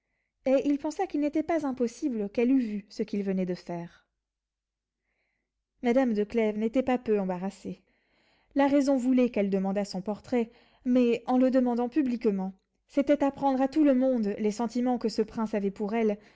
et il pensa qu'il n'était pas impossible qu'elle eût vu ce qu'il venait de faire madame de clèves n'était pas peu embarrassée la raison voulait qu'elle demandât son portrait mais en le demandant publiquement c'était apprendre à tout le monde les sentiments que ce prince avait pour elle